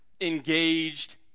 engaged